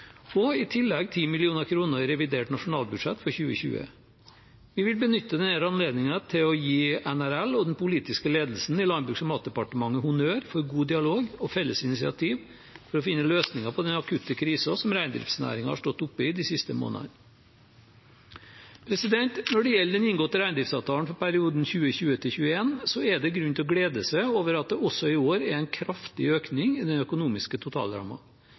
og i tillegg 10 mill. kr i revidert nasjonalbudsjett for 2020. Jeg vil benytte denne anledningen til å gi NRL og den politiske ledelsen i Landbruks- og matdepartementet honnør for god dialog og felles initiativ for å finne løsninger på den akutte krisen som reindriftsnæringen har stått oppe i de siste månedene. Når det gjelder den inngåtte reindriftsavtalen for perioden 2020/2021, er det grunn til å glede seg over at det også i år er en kraftig økning i den økonomiske